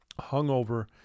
hungover